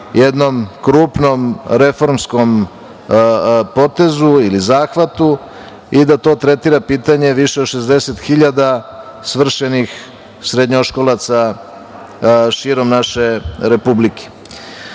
jednom krupnom reformskom potezu ili zahvatu i da to tretira pitanje više od 60.000 svršenih srednjoškolaca širom naše Republike. Lično